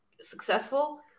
successful